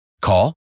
Call